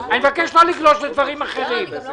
אני מבקש לא לגלוש לדברים אחרים.